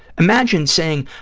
imagine saying,